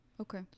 Okay